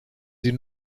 sie